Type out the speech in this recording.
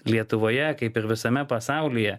lietuvoje kaip ir visame pasaulyje